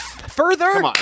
further